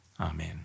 Amen